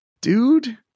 dude